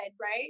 right